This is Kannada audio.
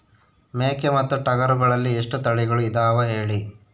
ಮೇಕೆ ಮತ್ತು ಟಗರುಗಳಲ್ಲಿ ಎಷ್ಟು ತಳಿಗಳು ಇದಾವ ಹೇಳಿ?